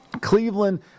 Cleveland